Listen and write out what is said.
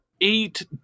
eight